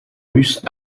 russes